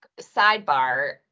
sidebar